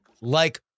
like-